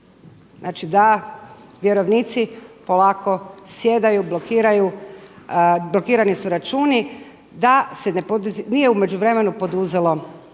Znači da vjerovnici polako sjedaju, blokiraju, blokirani su računi, da se nije u međuvremenu poduzelo